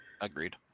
agreed